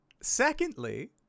secondly